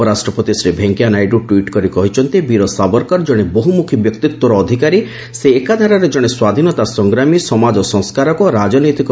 ଉପରାଷ୍ଟ୍ରପତି ଶ୍ରୀ ଭେଙ୍କେୟାନାଇଡୁ ଟ୍ୱିଟ୍ କରି କହିଛନ୍ତି ବୀର ସାବରକର ଜଣେ ବହୁମୁଖୀ ବ୍ୟକ୍ତିତ୍ୱର ଅଧିକାରୀ ସେ ଏକାଧାରରେ ଜଣେ ସ୍ୱାଧୀନତା ସଂଗ୍ରାମୀ ସମାଜ ସଂସ୍କାରକ ଓ ରାଜନୈତିକ ଦିଗ୍ଦର୍ଶକ ଥିଲେ